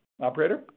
Operator